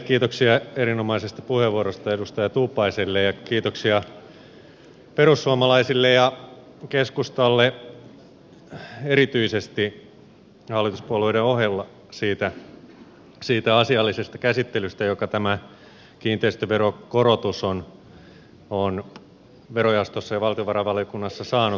kiitoksia erinomaisesta puheenvuorosta edustaja tuupaiselle ja kiitoksia perussuomalaisille ja keskustalle erityisesti hallituspuolueiden ohella siitä asiallisesta käsittelystä jonka tämä kiinteistöveron korotus on verojaostossa ja valtiovarainvaliokunnassa saanut